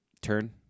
Turn